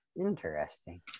Interesting